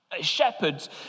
Shepherds